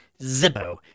Zippo